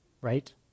right